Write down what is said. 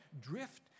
drift